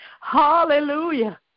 hallelujah